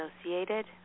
associated